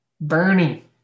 Bernie